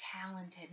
talented